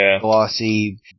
glossy